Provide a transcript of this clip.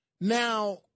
Now